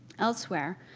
elsewhere,